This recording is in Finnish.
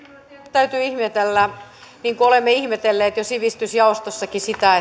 täytyy ihmetellä niin kuin olemme ihmetelleet jo sivistysjaostossakin sitä